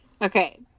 okay